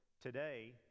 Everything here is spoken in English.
today